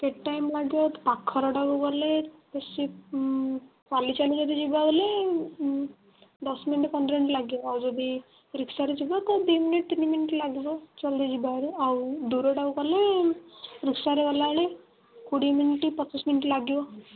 ସେଇଥିପାଇଁ ମୁଁ ଆଜି ଆଉ ପାଖଟାକୁ ଗଲେ ସିଏ ଚାଲି ଚାଲିକା ବି ଯିବା ବୋଲି ଦଶ ମିନିଟ୍ ପନ୍ଦର ମିନିଟ୍ ଲାଗିବ ଆଉ ଯଦି ରିକ୍ସାରେ ଯିବା ଦୁଇ ମିନିଟ୍ ତିନି ମିନିଟ୍ ଲାଗିବ ଜଲ୍ଦି ଯିବା ହାରି ଆଉ ଦୂରଟାକୁ ଗଲେ ରିକ୍ସାରେ ଗଲାବେଳେ କୋଡ଼ିଏ ମିନିଟ୍ ପଚିଶ ମିନିଟ୍ ଲାଗିବ